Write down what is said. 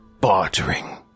bartering